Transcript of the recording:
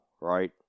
Right